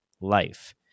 life